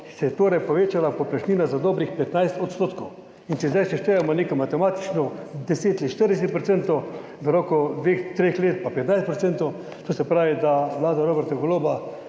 se je torej povečala povprečnina za dobrih 15 %. In če zdaj seštejemo matematično 10 let 40 %, v roku dveh, treh let pa 15 %, to se pravi, da vlada Roberta Goloba